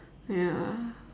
ya